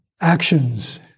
actions